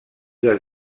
les